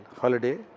holiday